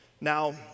Now